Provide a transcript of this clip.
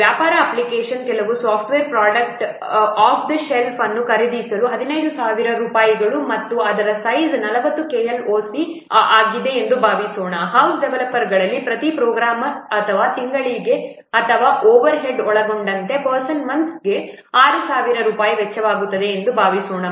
ವ್ಯಾಪಾರ ಅಪ್ಲಿಕೇಶನ್ಗಾಗಿ ಕೆಲವು software product off the shelf ಅನ್ನು ಖರೀದಿಸಲು 15000 ರೂಪಾಯಿಗಳು ಮತ್ತು ಅದರ ಸೈಜ್ 40 KLOC ಆಗಿದೆ ಎಂದು ಭಾವಿಸೋಣ ಹೌಸ್ ಡೆವಲಪರ್ಗಳಲ್ಲಿ ಪ್ರತಿ ಪ್ರೋಗ್ರಾಂ ಅಥವಾ ತಿಂಗಳಿಗೆ ಅಥವಾ ಓವರ್ಹೆಡ್ಗಳನ್ನು ಒಳಗೊಂಡಂತೆ ಪರ್ಸನ್ ಮಂತ್ಸ್ಗೆ 6000 ರೂಪಾಯಿ ವೆಚ್ಚವಾಗುತ್ತದೆ ಎಂದು ಭಾವಿಸೋಣ